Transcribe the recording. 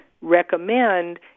recommend